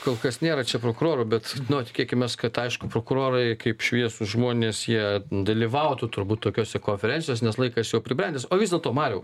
kol kas nėra čia prokurorų bet nu tikėkimės kad aišku prokurorai kaip šviesūs žmonės jie dalyvautų turbūt tokiose konferencijos nes laikas jau pribrendęs o viso to mariau